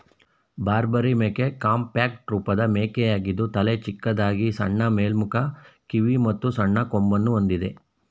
ಬಾರ್ಬರಿ ಮೇಕೆ ಕಾಂಪ್ಯಾಕ್ಟ್ ರೂಪದ ಮೇಕೆಯಾಗಿದ್ದು ತಲೆ ಚಿಕ್ಕದಾಗಿ ಸಣ್ಣ ಮೇಲ್ಮುಖ ಕಿವಿ ಮತ್ತು ಸಣ್ಣ ಕೊಂಬನ್ನು ಹೊಂದಿದೆ